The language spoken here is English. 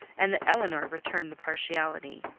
and that elinor returned the partiality.